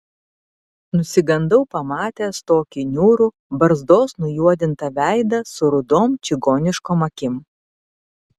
nusigandau pamatęs tokį niūrų barzdos nujuodintą veidą su rudom čigoniškom akim